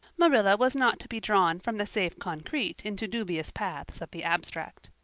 marilla was not to be drawn from the safe concrete into dubious paths of the abstract.